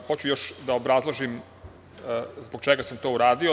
Hoću još da obrazložim zbog čega sam to uradio.